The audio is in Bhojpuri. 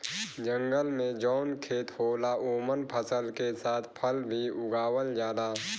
जंगल में जौन खेत होला ओमन फसल के साथ फल भी उगावल जाला